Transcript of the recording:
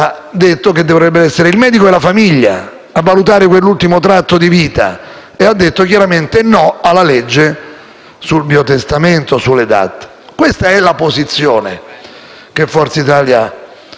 ha detto che dovrebbero essere il medico e la famiglia a valutare quell'ultimo tratto di vita e ha detto chiaramente no alla legge sul biotestamento e sulle DAT. Questa è la posizione che Forza Italia